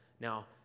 Now